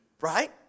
Right